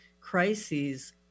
crises